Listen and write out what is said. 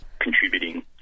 contributing